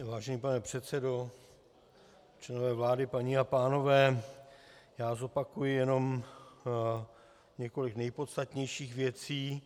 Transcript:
Vážený pane předsedo, členové vlády, paní a pánové, já zopakuji jenom několik nejpodstatnějších věcí.